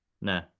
no